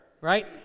right